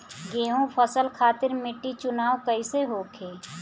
गेंहू फसल खातिर मिट्टी चुनाव कईसे होखे?